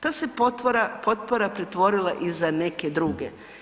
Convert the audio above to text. Ta se potpora pretvorila i za neke druge.